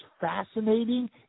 fascinating